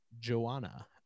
joanna